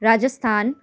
Rajasthan